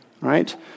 Right